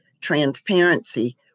transparency